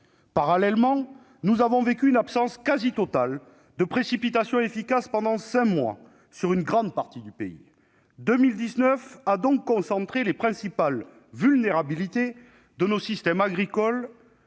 Parallèlement, nous avons vécu une absence quasi totale de précipitations efficaces pendant cinq mois sur une grande partie du pays : 2019 a donc concentré les principales vulnérabilités de nos systèmes agricoles.